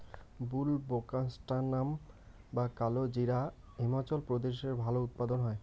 বুলবোকাস্ট্যানাম বা কালোজিরা হিমাচল প্রদেশে ভালো উৎপাদন হয়